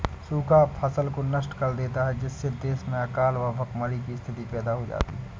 सूखा फसल को नष्ट कर देता है जिससे देश में अकाल व भूखमरी की स्थिति पैदा हो जाती है